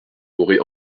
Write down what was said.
aurait